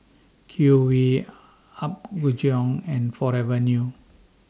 Q V Apgujeong and Forever New